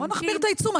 בואו נחמיר את העיצום,